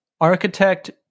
Architect